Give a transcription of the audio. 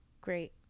great